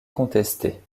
contesté